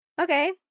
Okay